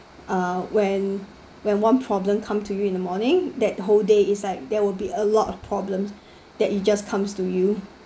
uh when when one problem come to you in the morning that whole day is like there will be a lot of problems that it just comes to you